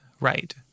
right